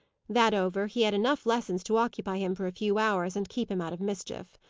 that over, he had enough lessons to occupy him for a few hours, and keep him out of mischief.